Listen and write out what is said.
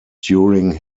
during